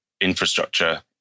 infrastructure